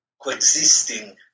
coexisting